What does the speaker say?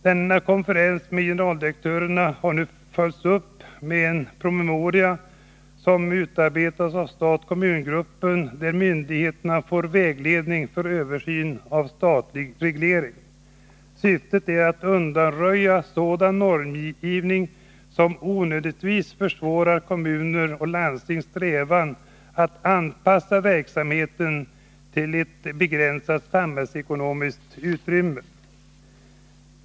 Denna konferens med generaldirektörerna har nu följts upp med en promemoria, som utarbetats av stat-kommun-gruppen, där myndigheterna får vägledning för översyn av statlig reglering. Syftet är att undanröja sådan normgivning som onödigtvis försvårar kommuners och landstings strävan att anpassa verksamheten till ett begränsat samhällsekonomiskt utrymme.